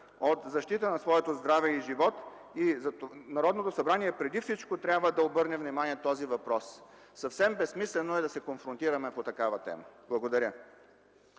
има нужда от това. Народното събрание преди всичко трябва да обърне внимание на този въпрос. Съвсем безсмислено е да се конфронтираме по такава тема. Благодаря.